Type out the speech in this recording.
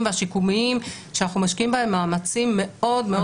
והשיקומיים שאנחנו משקיעים בהם מאמצים מאוד מאוד גדולים כרגע.